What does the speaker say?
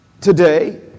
today